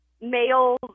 male